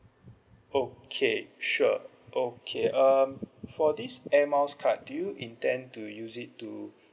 okay sure okay um for this air miles card do you intend to use it to